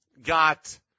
got